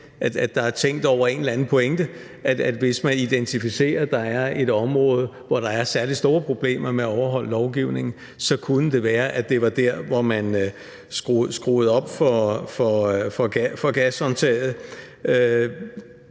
at der er tænkt over en eller anden pointe: at hvis man identificerer, at der er et område, hvor der er særlig store problemer med at overholde lovgivningen, så kunne det være, at det var der, hvor man drejede på gashåndtaget.